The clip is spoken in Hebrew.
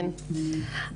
מוסכמת הסיפור האוניברסלי,